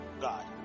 God